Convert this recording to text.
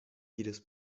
jedes